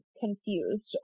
confused